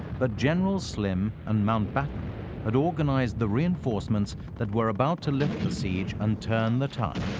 but generals slim and mountbatten had organized the reinforcements that were about to lift the siege and turn the tide.